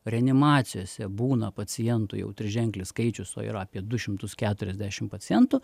reanimacijose būna pacientų jau triženklis skaičius o yra apie du šimtus keturiasdešim pacientų